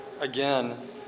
again